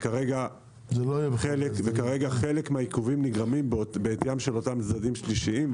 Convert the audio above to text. כרגע חלק מהעיכובים נגרמים בעטיים של אותם צדדים שלישיים,